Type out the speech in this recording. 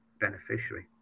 beneficiary